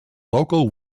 local